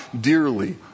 dearly